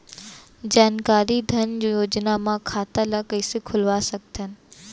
जानकारी धन योजना म खाता ल कइसे खोलवा सकथन?